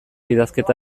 idazketa